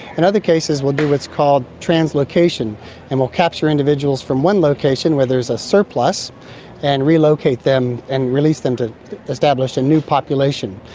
and other cases we'll do what's called translocation and we will capture individuals from one location where there is a surplus and relocate them and release them to establish a new population.